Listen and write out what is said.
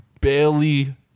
barely